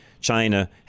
China